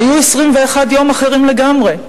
היו 21 יום אחרים לגמרי.